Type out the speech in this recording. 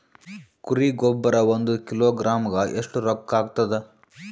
ಕುರಿ ಗೊಬ್ಬರ ಒಂದು ಕಿಲೋಗ್ರಾಂ ಗ ಎಷ್ಟ ರೂಕ್ಕಾಗ್ತದ?